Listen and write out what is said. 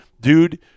dude